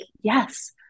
yes